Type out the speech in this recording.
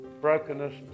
brokenness